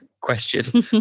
Question